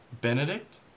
Benedict